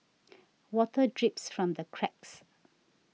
water drips from the cracks